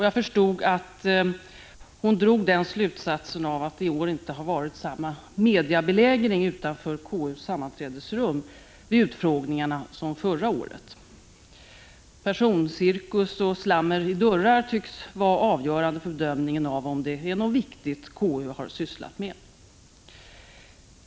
Jag förstod att hon drog den slutsatsen av att det i år inte har varit samma mediabelägring av konstitutionsutskottets sammanträdesrum vid utskottsutfrågningarna som förra året. Personcirkus och slammer i dörrar tycks vara avgörande för bedömningen av om det är något viktigt som konstitutionsutskottet har sysslat med.